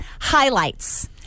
highlights